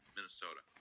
Minnesota